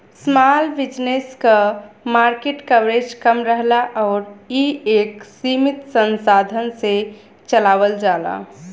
small business क market coverage कम रहला आउर इ एक सीमित संसाधन से चलावल जाला